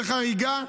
לחריגה,